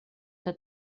que